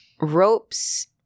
ropes